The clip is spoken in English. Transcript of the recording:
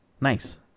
Nice